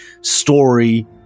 story